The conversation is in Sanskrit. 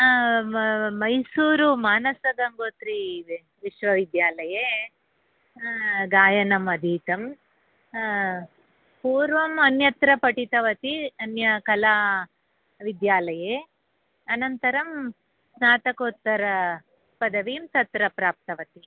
मैसूरु मानसङ्गोत्री विश्वविद्यालये गायनम् अधीतं पूर्वम् अन्यत्र पठितवती अन्य कलाविद्यालये अनन्तरं स्नातकोत्तरपदवीं तत्र प्राप्तवती